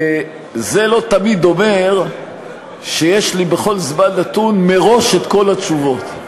זה לא תמיד אומר שיש לי בכל זמן נתון מראש את כל התשובות.